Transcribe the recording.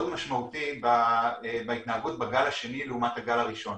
משמעותי בהתנהגות בגל השני לעומת הגל הראשון.